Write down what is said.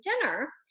dinner